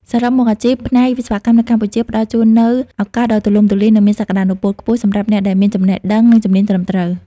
សរុបមក អាជីពផ្នែកវិស្វកម្មនៅកម្ពុជា ផ្តល់ជូននូវ ឱកាសដ៏ទូលំទូលាយ និងមានសក្ដានុពលខ្ពស់ សម្រាប់អ្នកដែលមានចំណេះដឹង និងជំនាញត្រឹមត្រូវ។